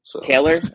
Taylor